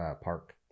park